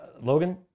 Logan